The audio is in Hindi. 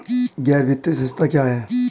गैर वित्तीय संस्था क्या है?